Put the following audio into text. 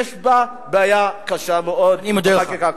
יש בעיה קשה מאוד בחקיקה כזאת.